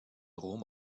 rom